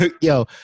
Yo